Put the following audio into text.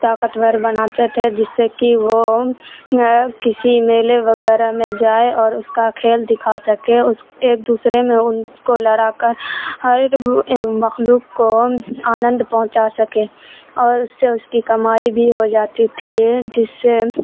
طاقتور بناتے تھے جس سے کہ وہ کسی میلے وغیرہ میں جائے اور اس کا کھیل دکھا سکے اس ایک دوسرے میں ان کو لڑا کر ہر مخلوق کو آنند پہنچا سکے اور اس سے اس کی کمائی بھی ہو جاتی تھی جس سے